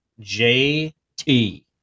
JT